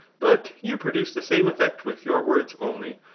but you produce the same effect with your words only,